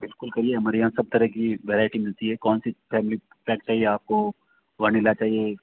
बिल्कुल करिए हमारे यहाँ सब तरह की वैरायटी मिलती हैं कौन सी फ़ैमिली पैक चाहिए आपको वनिला चाहिए